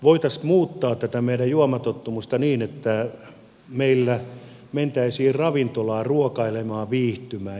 voitaisiin muuttaa tätä meidän juomatottumusta niin että meillä mentäisiin ravintolaan ruokailemaan viihtymään